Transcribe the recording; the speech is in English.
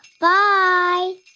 Bye